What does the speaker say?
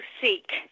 seek